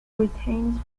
retains